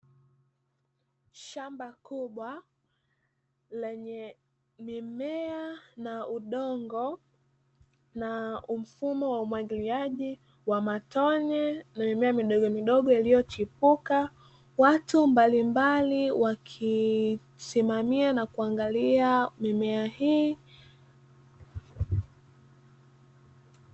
Shamba kubwa lenye mimea na udongo, na mfumo wa umwagiliaji wa matone na mimea midogo midogo iliyochipuka, watu mbalimbali wanaosimamia na kuangalia mimea hii.